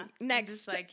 next